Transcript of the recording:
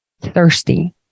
thirsty